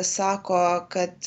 sako kad